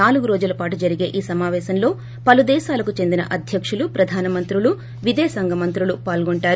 నాలుగురోజుల పాటు జరిగే ఈ సమాపేశంలో పలు దేశాలకు చెందిన అధ్యకులు ప్రధానమంత్రులు విదేశాంగ మంత్రులు పాల్గొంటారు